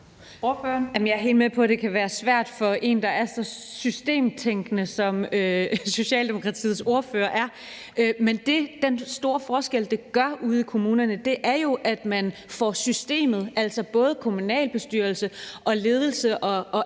Jeg er helt med på, at det kan være svært for en, der er så systemtænkende, som Socialdemokratiets ordfører er. Det, det gør af forskel ude i kommunerne, er jo, at man får systemet, altså både kommunalbestyrelse, ledelse og alle